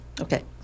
Okay